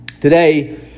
today